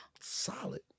Solid